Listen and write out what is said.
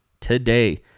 Today